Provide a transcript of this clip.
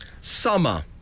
Summer